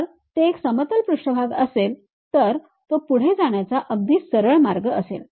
जर तो एक समतल पृष्ठभाग असेल तर तो पुढे जाण्याचा अगदी सरळ मार्ग असेल